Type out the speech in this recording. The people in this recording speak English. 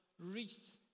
reached